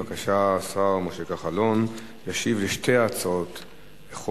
בבקשה, השר משה כחלון ישיב על שתי הצעות חוק.